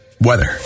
weather